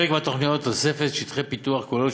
בחלק מהתוכניות תוספת שטחי הפיתוח כוללת